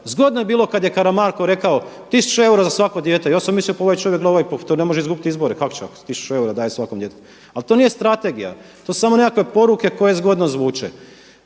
Zgodno je bilo kada je Karamarko rekao 1000 eura za svako dijete. Ja sam mislio pa ovaj čovjek, gle ovaj, pa to ne može izgubiti izgore, kako će ako 1000 eura daje svakom djetetu. Ali to nije strategija, to su samo neke poruke koje zgodno zvuče.